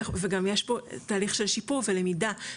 וגם יש פה תהליך של שיפור ולמידה,